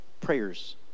prayers